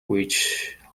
which